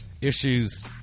issues